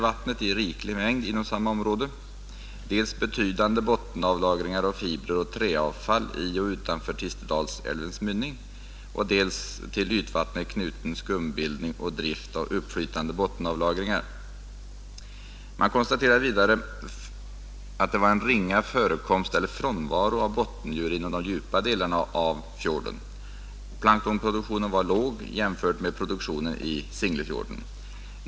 Då konstaterade man enligt vatteninspektionen: Vidare konstaterades ringa förekomst eller frånvaro av bottendjur inom de djupa delarna av fjorden. Planktonproduktionen var låg jämförd med produktionen i Singlefjorden.